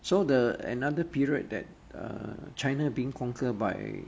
so the another period that uh china being conquered by